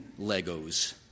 Legos